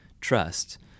trust